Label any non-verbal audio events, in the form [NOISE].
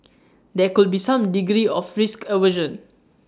[NOISE] there could be some degree of risk aversion